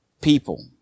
people